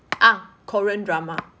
ah korean drama